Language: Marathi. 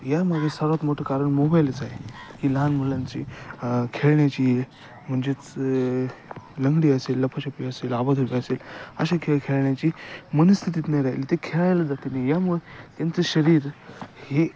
यामागे सर्वात मोठं कारण मोबाईलच आहे की लहान मुलांची खेळण्याची म्हणजेच लंगडी असेल लपाछपी असेल आबाधुबी असेल अशा खेळ खेळण्याची मनस्थितीच नाही राहिली ते खेळायला जातही नाही यामुळे त्यांचं शरीर हे